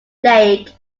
lake